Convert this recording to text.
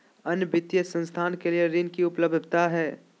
अन्य वित्तीय संस्थाएं के लिए ऋण की उपलब्धता है?